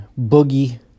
Boogie